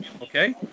Okay